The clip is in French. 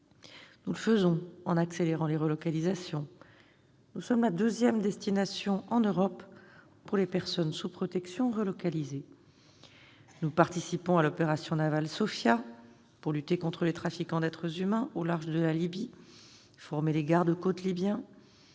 Nous le faisons en accélérant les relocalisations, nous sommes la deuxième destination en Europe pour les personnes sous protection relocalisées. Nous participons à l'opération navale Sophia pour lutter contre les trafiquants d'êtres humains au large de la Libye et former les gardes-côtes libyens.